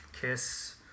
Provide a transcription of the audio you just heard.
Kiss